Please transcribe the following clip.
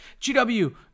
GW